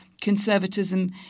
conservatism